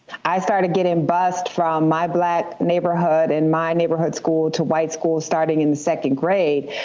i started getting bused from my black neighborhood and my neighborhood school to white schools starting in the second grade.